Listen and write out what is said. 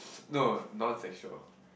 no non sexual